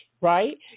right